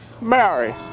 Mary